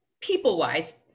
people-wise